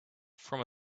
from